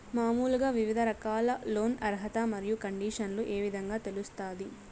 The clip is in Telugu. మామూలుగా వివిధ రకాల లోను అర్హత మరియు కండిషన్లు ఏ విధంగా తెలుస్తాది?